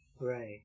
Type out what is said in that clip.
Right